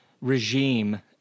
regime